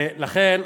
לכן,